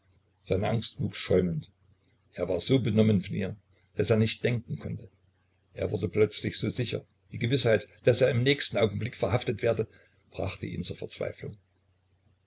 seine angst wuchs schäumend er war so benommen von ihr daß er nicht denken konnte er wurde plötzlich so sicher die gewißheit daß er im nächsten augenblick verhaftet werde brachte ihn zur verzweiflung